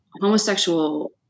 homosexual